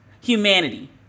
humanity